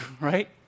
right